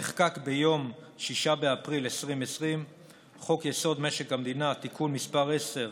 נחקק ביום 6 באפריל 2020 חוק-יסוד: משק המדינה (תיקון מס' 10),